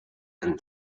and